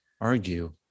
argue